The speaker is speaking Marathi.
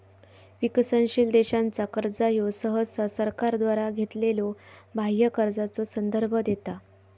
विकसनशील देशांचा कर्जा ह्यो सहसा सरकारद्वारा घेतलेल्यो बाह्य कर्जाचो संदर्भ देता